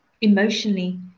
emotionally